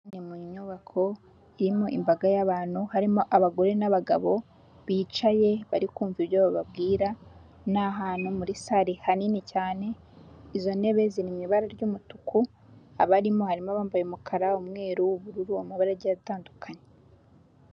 Aha ni mu nyubako irimo imbaga y'abantu harimo abagore n'abagabo bicaye bari kumva ibyo babwira, ni ahantu muri sare hanini cyane izo ntebe ziri mu ibara ry'umutuku, abarimo harimo abambaye umukara, umweru, ubururu amabara agiye atandukanye.